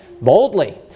Boldly